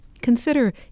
Consider